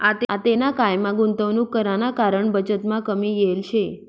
आतेना कायमा गुंतवणूक कराना कारण बचतमा कमी येल शे